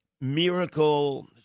miracle